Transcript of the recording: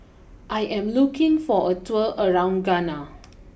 I am looking for a tour around Ghana